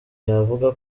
yavuga